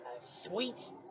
sweet